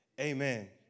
amen